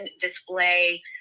display